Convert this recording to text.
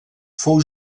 fou